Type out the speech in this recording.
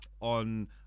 on